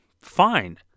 fine